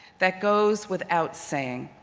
that goes without saying.